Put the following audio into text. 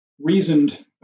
reasoned